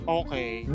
okay